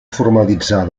formalitzar